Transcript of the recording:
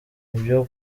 nibyo